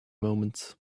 moments